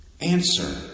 answer